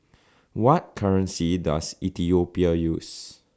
What currency Does Ethiopia use